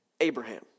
Abraham